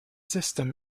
system